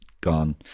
gone